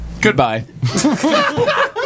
Goodbye